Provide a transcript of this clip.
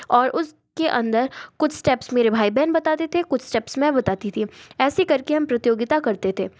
और उसके अंदर कुछ स्टेप्स मेरे भाई बहन बता देते कुछ स्टेप्स मैं बताती थी ऐसी कर के हम प्रतियोगिता करते थे